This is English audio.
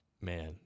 Man